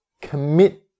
Commit